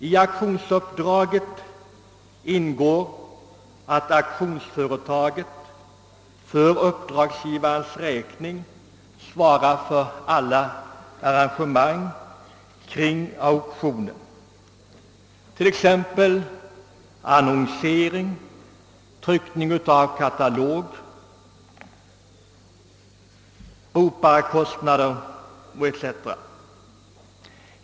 I auktionsuppdraget ingår att auktionsföretaget för uppdragsgivarens räkning svarar för alla arrangemang kring auktionen, t.ex. annonsering och tryckning av katalog samt anställer ropare.